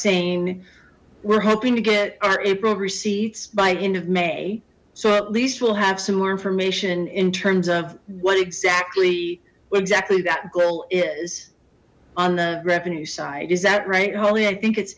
saying we're hoping to get our april receipts by end of may so at least we'll have some more information in terms of what exactly what exactly that goal is on the revenue side is that right holly i think it